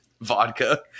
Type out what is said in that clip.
vodka